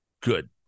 good